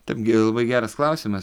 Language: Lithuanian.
taip gi labai geras klausimas